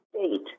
State